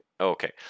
okay